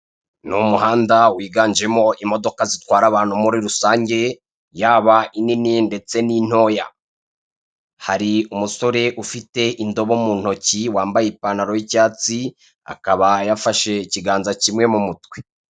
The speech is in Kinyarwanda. Ni umuhanda, wiganjemo imodoka zitwara abantu muri rusange, yaba inini ndetse n'intoya, hari umusore ufite indobo mu ntoki, wambaye ipantao y'icyatsi akaba yafashe ikiganza kimwe mu mutwe.